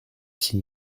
six